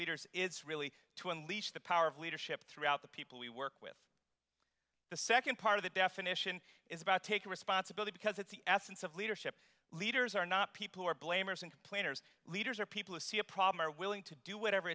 leaders is really to unleash the power of leadership throughout the people we work with the second part of the definition is about taking responsibility because it's the essence of leadership leaders are not people who are blamers and planners leaders are people who see a problem are willing to do whatever